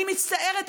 אני מצטערת,